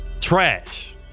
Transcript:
Trash